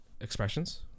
Expressions